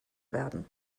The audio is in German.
werden